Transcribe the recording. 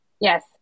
Yes